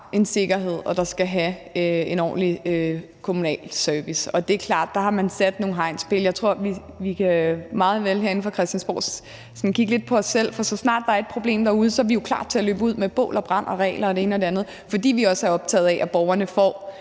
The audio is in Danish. har en sikkerhed og skal have en ordentlig kommunal service. Og det er klart, at der har man sat nogle hegnspæle. Jeg tror, at vi meget vel herinde fra Christiansborg kan sådan kigge lidt på os selv, for så snart der er et problem derude, er vi klar til at løbe ud med bål og brand og regler og det ene og det andet, fordi vi også er optaget af, at borgerne får